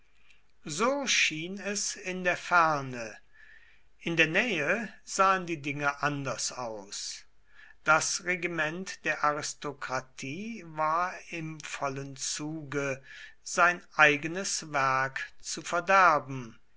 so schien es in der ferne in der nähe sahen die dinge anders aus das regiment der aristokratie war im vollen zuge sein eigenes werk zu verderben